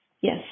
yes